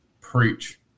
Preach